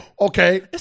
Okay